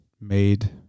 made